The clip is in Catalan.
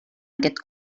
aquest